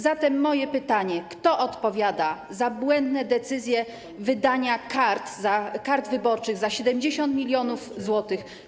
Zatem moje pytanie: Kto odpowiada za błędne decyzje wydania kart wyborczych za 70 mln zł?